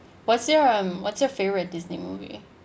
what's your um what's your favorite Disney movie